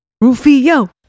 Rufio